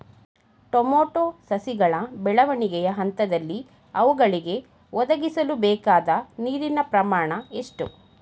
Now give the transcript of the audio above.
Tomato ಸಸಿಗಳ ಬೆಳವಣಿಗೆಯ ಹಂತದಲ್ಲಿ ಅವುಗಳಿಗೆ ಒದಗಿಸಲುಬೇಕಾದ ನೀರಿನ ಪ್ರಮಾಣ ಎಷ್ಟು?